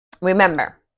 remember